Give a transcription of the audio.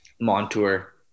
Montour